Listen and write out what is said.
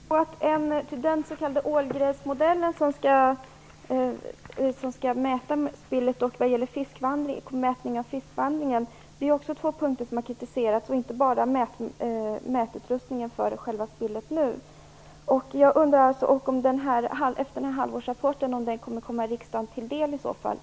Herr talman! Det är ju den s.k. ålgräsmodellen som skall mäta spillet och fiskvandringen. Det är också två punkter som har kritiserats, dvs. inte bara mätutrustningen för själva spillet nu. Jag undrar om riksdagen kommer att få ta del av den här halvårsrapporten.